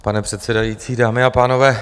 Pane předsedající, dámy a pánové.